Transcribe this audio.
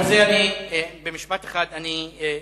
ובזה אני, במשפט אחד, אסיים.